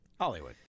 Hollywood